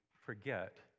forget